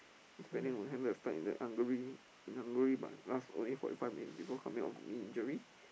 expanding on in Hungary in Hungary but last only forty five minutes before coming out with knee injury